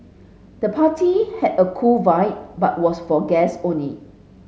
the party had a cool vibe but was for guests only